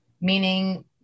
meaning